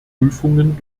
prüfungen